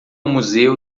museu